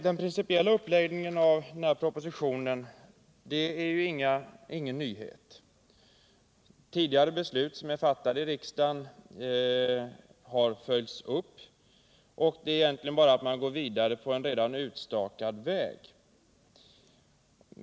Den principiella uppläggningen av denna proposition är ju ingen nyhet. Tidigare beslut som fattats av riksdagen har följts upp, och man går egentligen bara vidare på en redan utstakad väg.